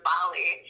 Bali